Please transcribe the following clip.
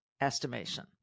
estimation